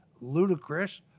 ludicrous